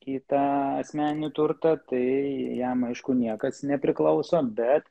į tą asmeninį turtą tai jam aišku niekas nepriklauso bet